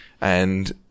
And-